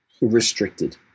restricted